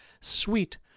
sweet